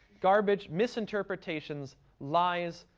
garbage, misinterpretations, lies,